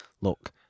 Look